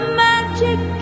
magic